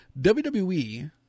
WWE